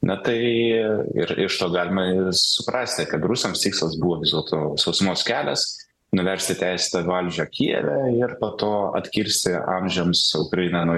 na tai ir iš to galima suprasti kad rusams tikslas buvo vis dėlto sausumos kelias nuversti teisėtą valdžią kijeve ir po to atkirsti amžiams ukrainą nuo